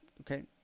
okay